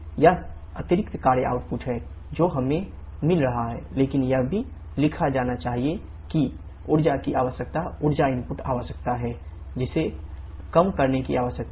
यह अतिरिक्त कार्य आउटपुट का हो